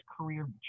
career